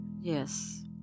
Yes